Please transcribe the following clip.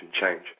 change